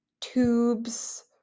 tubes